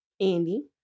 Andy